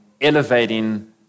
elevating